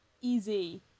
easy